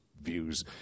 views